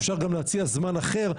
אפשר גם להציע זמן אחר,